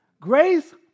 Grace